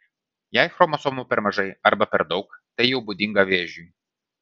jei chromosomų per mažai arba per daug tai jau būdinga vėžiui